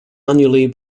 annually